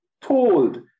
told